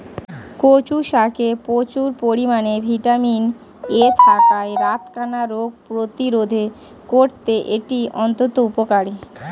কচু শাকে প্রচুর পরিমাণে ভিটামিন এ থাকায় রাতকানা রোগ প্রতিরোধে করতে এটি অত্যন্ত উপকারী